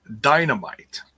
dynamite